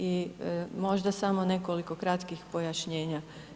I možda samo nekoliko kratkih pojašnjenja.